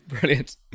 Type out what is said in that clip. Brilliant